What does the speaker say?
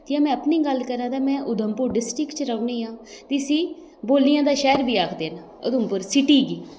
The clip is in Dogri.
जे में अपनी गल्ल करां ते में उधमपुर डिस्टिक च रौह्न्नी आं जिस्सी बैल्लियै दा शैह्र बी आखदे न उधमपुर सिटी गी